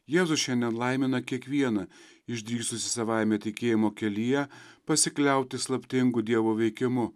jėzus šiandien laimina kiekvieną išdrįsusį savaime tikėjimo kelyje pasikliauti slaptingu dievo veikimu